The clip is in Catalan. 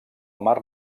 mar